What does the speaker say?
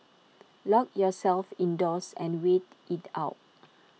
lock yourselves indoors and wait IT out